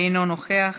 אינו נוכח.